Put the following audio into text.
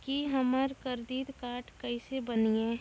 की हमर credit card केसे बनिये?